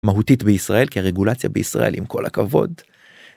מהותית בישראל, כי הרגולציה בישראל, עם כל הכבוד,